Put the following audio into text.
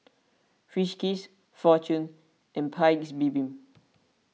Friskies fortune and Paik's Bibim